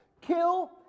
kill